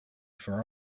for